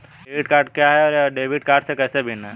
Credit card क्या है और यह डेबिट कार्ड से कैसे भिन्न है?